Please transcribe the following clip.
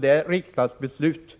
Det riksdagsbeslut